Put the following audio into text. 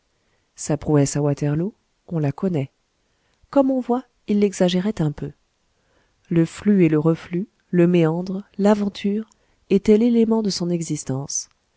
sa prouesse à waterloo on la connaît comme on voit il l'exagérait un peu le flux et le reflux le méandre l'aventure était l'élément de son existence